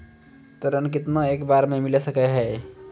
ऋण केतना एक बार मैं मिल सके हेय?